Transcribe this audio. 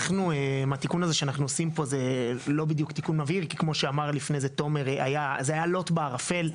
התיקון שאנחנו עושים פה הוא לא בדיוק --- תומר אמר שהדבר היה מעורפל.